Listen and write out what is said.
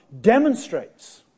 demonstrates